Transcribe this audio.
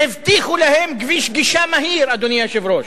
שהבטיחו להם כביש גישה מהיר, אדוני היושב-ראש,